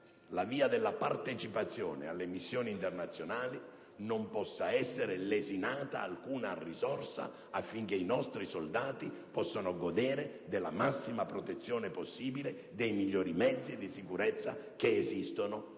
la via della partecipazione alle missioni internazionali, non sia lesinata alcuna risorsa affinché i nostri soldati possano godere della massima protezione possibile e dei migliori mezzi di sicurezza esistenti